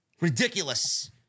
Ridiculous